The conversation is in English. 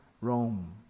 Rome